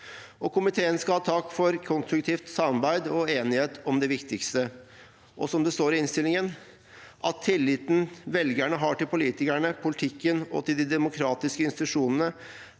Komiteen skal ha takk for konstruktivt samarbeid og enighet om det viktigste. Som det står i innstillingen: «Komiteen peker på at tilliten velgerne har til politikerne, politikken og de politiske institusjonene,